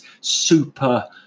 super